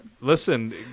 Listen